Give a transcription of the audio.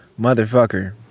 Motherfucker